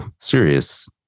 serious